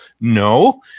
No